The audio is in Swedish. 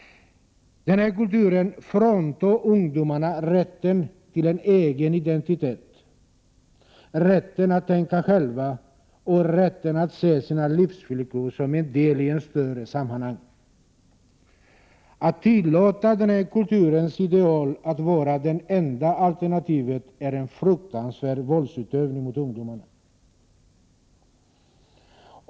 Den här kulturen fråntar ungdomarna rätten till en egen identitet, rätten att tänka själva och rätten att se sina livsvillkor som en del i ett större sammanhang. Att tillåta den här kulturens ideal att vara det enda alternativet är en fruktansvärd våldsutövning mot ungdomar.